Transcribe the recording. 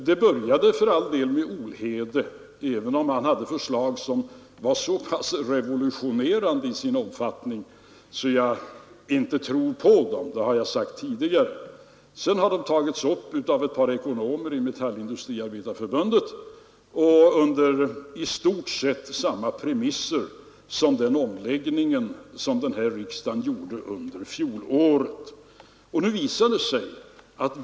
Det började för all del med Olhede, även om han hade förslag som var så pass revolutionerande att jag inte tror på dem — det har jag sagt tidigare. Sedan har frågorna tagits upp av ett par ekonomer i Metallindustriarbetareförbundet under i stort sett samma premisser som den omläggning riksdagen gjorde förra året.